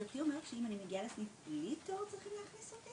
גברתי אומרת שאם אני מגיעה לסניף בלי תור צריכים להכניס אותי?